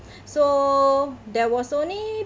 so there was only